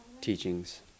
teachings